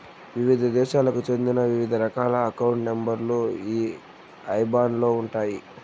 వివిధ దేశాలకు చెందిన వివిధ రకాల అకౌంట్ నెంబర్ లు ఈ ఐబాన్ లో ఉంటాయి